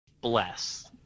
Bless